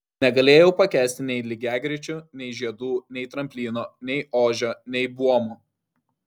negalėjau pakęsti nei lygiagrečių nei žiedų nei tramplino nei ožio nei buomo